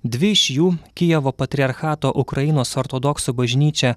dvi iš jų kijevo patriarchato ukrainos ortodoksų bažnyčia